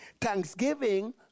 Thanksgiving